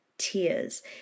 tears